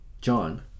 John